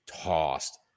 tossed